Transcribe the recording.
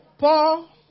Paul